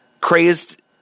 crazed